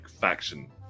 faction